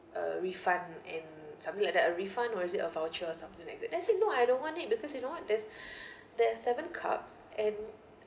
a refund and something like that a refund or is it a voucher or something like that then I say no I don't want it because you know what there's there's seven cups and